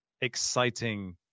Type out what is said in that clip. exciting